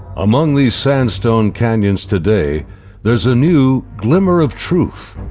among these sandstone canyons today there's a new glimmer of truth.